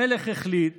המלך החליט